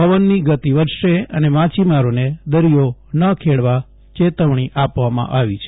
પવનની ગતિ વધશે અને માછીમારોને દરિયો ના ખેડવા ચેતવણી આપવામાં આવી છે